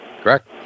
Correct